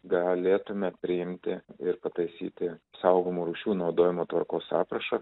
galėtume priimti ir pataisyti saugomų rūšių naudojimo tvarkos aprašą